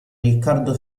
riccardo